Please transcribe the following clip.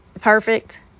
perfect